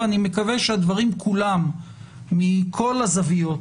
ואני מקווה שהדברים כולם מכל הזוויות